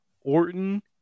Orton